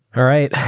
all right,